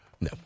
No